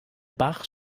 bach